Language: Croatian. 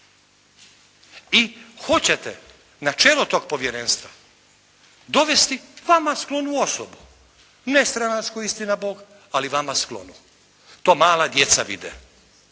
i hoćete na čelo tog povjerenstva vama sklonu osobu, nestranačku istina Bog, ali vama sklonu. To mala djeca vide.